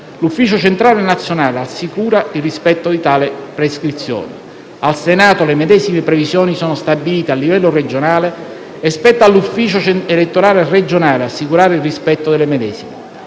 L'Ufficio centrale nazionale assicura il rispetto di tali prescrizioni. Al Senato le medesime previsioni sono stabilite a livello regionale e spetta all'Ufficio elettorale regionale assicurare il rispetto delle medesime.